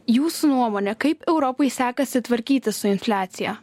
jūsų nuomone kaip europai sekasi tvarkytis su infliacija